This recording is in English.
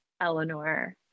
Eleanor